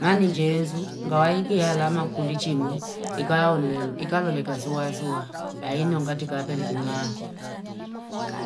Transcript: mali njezu ngawaikia alama kulichimba ikayaonili ikawa nika zuawa zuwa aino ngati ngapeli kung'aa.